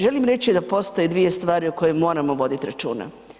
Želim reći da postoje dvije stvari o kojima moramo voditi računa.